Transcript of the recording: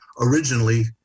originally